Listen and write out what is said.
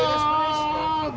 oh